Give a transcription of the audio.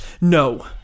No